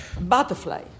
Butterfly